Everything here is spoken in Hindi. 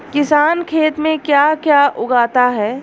किसान खेत में क्या क्या उगाता है?